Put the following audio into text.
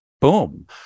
boom